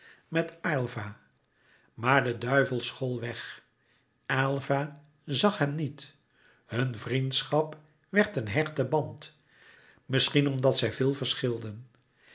met aylva maar de duivel school weg aylva zag hem niet hun vriendschap werd een hechte band misschien omdat zij veel verschilden